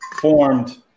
formed